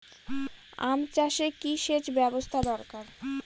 আম চাষে কি সেচ ব্যবস্থা দরকার?